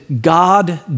God